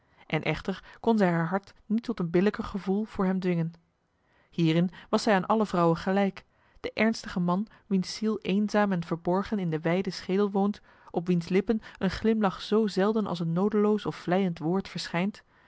en echter kon zij haar hart niet tot een billijker gevoel voor hem dwingen hierin was zij aan alle vrouwen gelijk de ernstige man wiens ziel eenzaam en verborgen in de wijde schedel woont op wiens lippen een glimlach zo zelden als een nodeloos of vleiend woord verschijnt